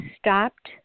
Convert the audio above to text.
stopped